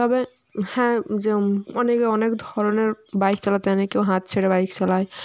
তবে হ্যাঁ যেরকম অনেকে অনেক ধরনের বাইক চালাতে জানে কেউ হাত ছেড়ে বাইক চালায়